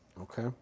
Okay